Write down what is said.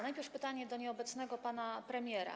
Najpierw pytanie do nieobecnego pana premiera.